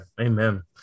Amen